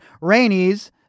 Rainey's